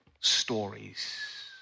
stories